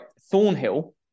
Thornhill